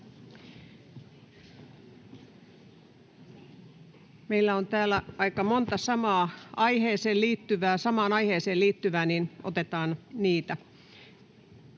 Meillä on täällä aika monta samaan aiheeseen liittyvää kysymystä, joten otetaan niitä.